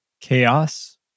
chaos